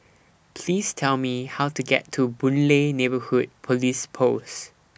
Please Tell Me How to get to Boon Lay Neighbourhood Police Post